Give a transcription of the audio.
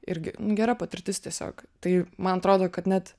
irgi nu gera patirtis tiesiog tai man atrodo kad net